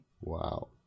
Wow